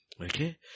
Okay